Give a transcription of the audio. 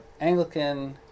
Anglican